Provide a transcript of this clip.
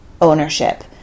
ownership